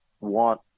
want